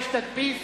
יש תדפיס,